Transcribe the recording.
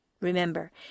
Remember